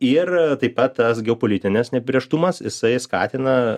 ir taip pat tas geopolitinis neapibrėžtumas jisai skatina